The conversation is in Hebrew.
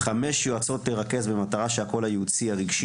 חמש יועצות לרכז במטרה שהקול הייעוצי הרגשי,